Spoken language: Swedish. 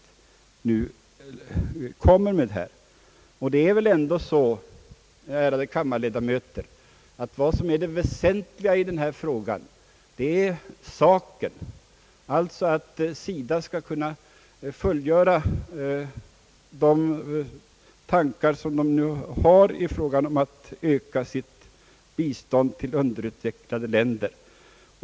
Det väsentliga i denna fråga är väl ändå, ärade kammarledamöter, att SIDA kan fullgöra de intentioner som det nu har om utökat bistånd till underutvecklade länder.